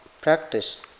practice